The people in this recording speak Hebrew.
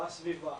בסביבה,